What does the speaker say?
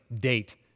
date